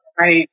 Right